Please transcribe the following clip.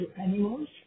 animals